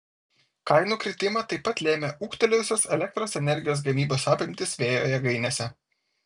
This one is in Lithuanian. kainų kritimą taip pat lėmė ūgtelėjusios elektros energijos gamybos apimtys vėjo jėgainėse